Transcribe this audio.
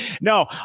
no